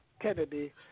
Kennedy